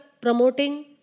promoting